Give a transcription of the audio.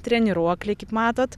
treniruokliai kaip matot